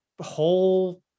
whole